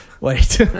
Wait